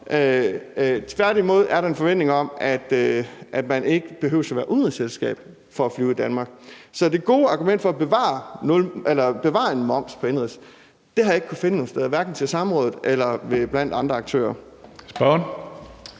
Tværtimod er der en forventning om, at man ikke behøves at være udenrigsselskab for at flyve i Danmark. Så det gode argument for at bevare en moms på indenrigsflyvninger har jeg ikke kunnet finde nogen steder, hverken til samrådet eller blandt andre aktører.